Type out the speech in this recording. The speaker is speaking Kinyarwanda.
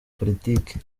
politiki